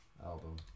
album